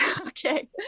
Okay